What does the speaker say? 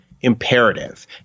imperative